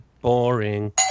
Boring